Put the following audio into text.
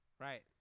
Right